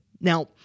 Now